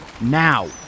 Now